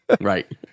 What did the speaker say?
right